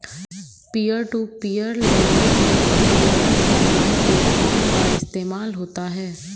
peer to peer lending में अमूमन online platform का इस्तेमाल होता है